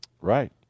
Right